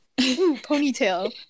ponytail